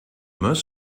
most